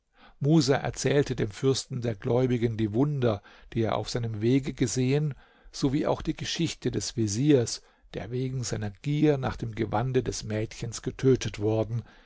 musa erzählte dem fürsten der gläubigen die wunder die er auf seinem wege gesehen sowie auch die geschichte des veziers der wegen seiner gier nach dem gewande des mädchens getötet worden